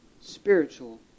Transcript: spiritual